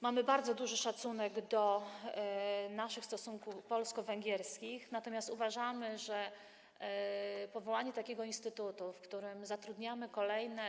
Mamy bardzo duży szacunek do stosunków polsko-węgierskich, natomiast uważamy, że powołanie takiego instytutu, w którym zatrudniamy kolejne.